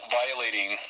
violating